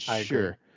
sure